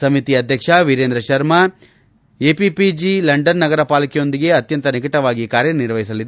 ಸಮಿತಿ ಅಧ್ಯಕ್ಷ Virendra Sharma APPG London ನಗರ ಪಾಲಿಕೆಯೊಂದಿಗೆ ಅತ್ಯಂತ ನಿಕಟವಾಗಿ ಕಾರ್ಲನಿರ್ವಹಿಸಲಿದೆ ಎಂದರು